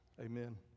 amen